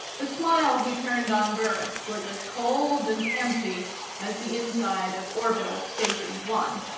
the smile he turned on burris was as cold and empty as the inside of orbital station one.